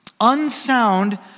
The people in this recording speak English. Unsound